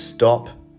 Stop